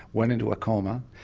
went into a coma,